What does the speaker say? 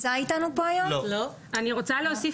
אני רוצה להוסיף